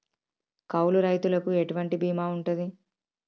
కౌలు రైతులకు ఎటువంటి బీమా ఉంటది?